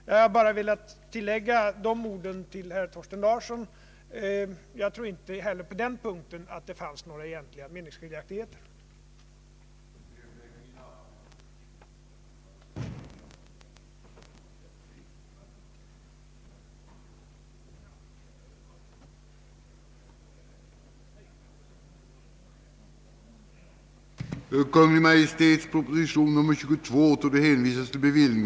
Jag har velat säga detta till herr Thorsten Larsson. Jag tror inte att det finns några egentliga meningsskiljaktigheter på den punkten heller.